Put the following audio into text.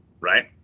right